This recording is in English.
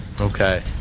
okay